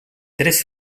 tres